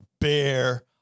bear